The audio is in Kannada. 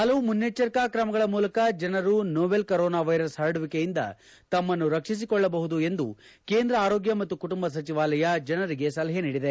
ಪಲವು ಮುನ್ನಚ್ಚರಿಕಾ ಕ್ರಮಗಳ ಮೂಲಕ ಜನರು ನೋವೆಲ್ ಕೊರೊನಾ ವೈರಸ್ ಹರಡುವಿಕೆಯಿಂದ ತಮ್ಮನ್ನು ರಕ್ಷಿಸಿಕೊಳ್ಳಬಹುದು ಎಂದು ಕೇಂದ್ರ ಆರೋಗ್ಗ ಮತ್ತು ಕುಟುಂಬ ಸಚಿವಾಲಯ ಜನರಿಗೆ ಸಲಹೆ ನೀಡಿದೆ